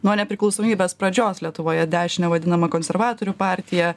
nuo nepriklausomybės pradžios lietuvoje dešine vadinama konservatorių partija